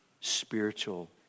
spiritual